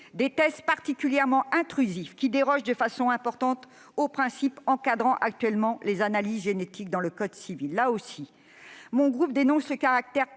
des tests particulièrement intrusifs, qui dérogent de façon importante aux principes encadrant actuellement les analyses génétiques dans le code civil